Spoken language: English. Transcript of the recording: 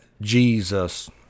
Jesus